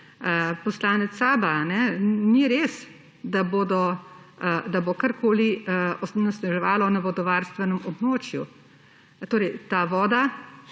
poslanec SAB – ni res, da bo karkoli onesnaževalo na vodovarstvenem območju. Ta voda